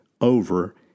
over